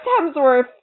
Hemsworth